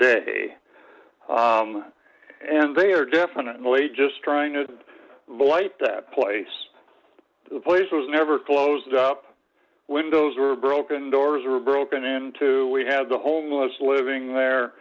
day and they are definitely just trying to light that place the place was never closed up windows were broken doors were broken into we had the homeless living there